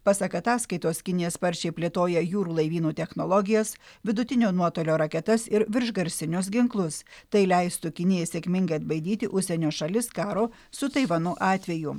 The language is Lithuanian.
pasak ataskaitos kinija sparčiai plėtoja jūrų laivynų technologijas vidutinio nuotolio raketas ir viršgarsinius ginklus tai leistų kinijai sėkmingai atbaidyti užsienio šalis karo su taivanu atveju